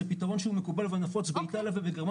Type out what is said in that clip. זה פיתרון שהוא מקובל ונפוץ באיטליה ובגרמניה,